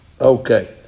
Okay